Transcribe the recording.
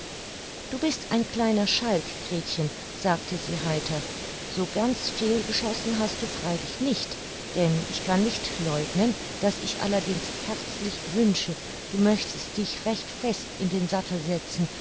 du bist ein kleiner schalk gretchen sagte sie heiter so ganz fehlgeschossen hast du freilich nicht denn ich kann nicht leugnen daß ich allerdings herzlich wünsche du möchtest dich recht fest in den sattel setzen